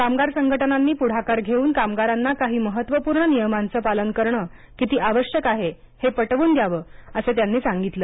कामगार संघटनांनी पुढाकार घेऊन कामगारांना काही महत्त्वपूर्ण नियमांच पालन करण किती आवश्यक आहे हे पटवून द्यावं असं त्यांनी सांगितलं